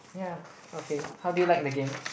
yeah okay how did you like the game